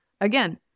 again